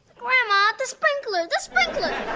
grandma, the sprinkler, the sprinkler!